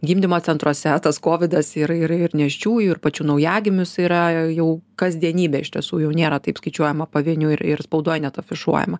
gimdymo centruose tas kovidas ir ir ir nėščiųjų ir pačių naujagimių jis yra jau kasdienybė iš tiesų jau nėra taip skaičiuojama pavieniui ir ir spaudoj net afišuojama